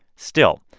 still,